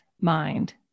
mind